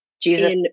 Jesus